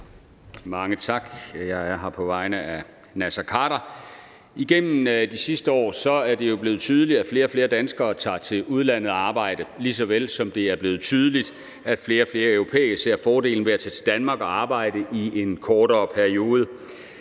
Mange tak. Jeg er her på vegne af Naser Khader. Igennem de sidste år er det jo blevet tydeligt, at flere og flere danskere tager til udlandet og arbejder, lige så vel som det er blevet tydeligt, at flere og flere europæere ser fordelen ved at tage til Danmark og arbejde i en kortere periode.